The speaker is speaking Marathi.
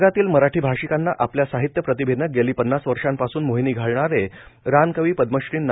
जगातील मराठी भाषिकांना आपल्या साहित्यप्रतिभेने गेली पन्नास वर्षापासून मोहिनी घालणारे रानकवी पद्मश्री ना